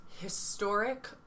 historic